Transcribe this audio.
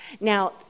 Now